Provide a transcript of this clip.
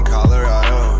Colorado